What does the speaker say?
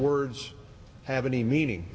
words have any meaning